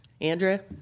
Andrea